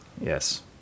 Yes